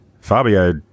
Fabio